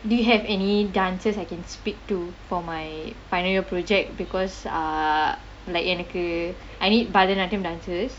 do you have any dancers I can speak to for my final year project because uh எனக்கு:enakku I need bharathanatyam dances